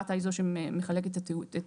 רת"א היא זו שמחלקת את התעודה.